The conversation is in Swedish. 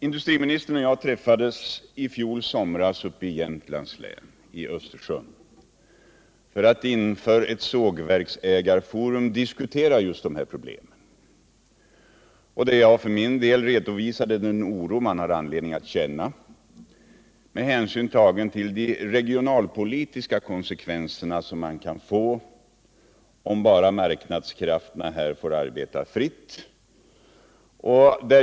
Industriministern och jag träffades i fjol somras i Östersund i Jämtlands län för att inför ett sågverksforum diskutera just de här problemen. Jag redovisade för min del den oro man har anledning att känna med hänsyn tagen till de regionalpolitiska konsekvenser som skulle bli följden om marknadskrafterna fick arbeta fritt.